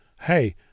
hey